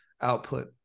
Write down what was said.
output